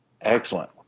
Excellent